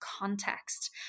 context